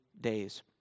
days